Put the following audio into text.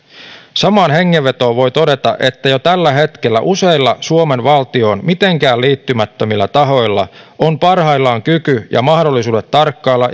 samaan hengenvetoon voi todeta että jo tällä hetkellä useilla suomen valtioon mitenkään liittymättömillä tahoilla on parhaillaan kyky ja mahdollisuudet tarkkailla